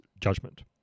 judgment